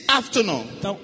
afternoon